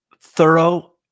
thorough